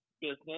business